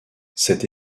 cette